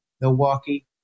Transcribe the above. milwaukee